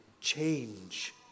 change